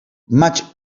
maig